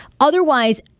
Otherwise